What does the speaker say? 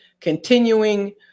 continuing